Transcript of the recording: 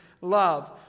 love